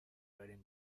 برین